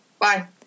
Bye